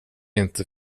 inte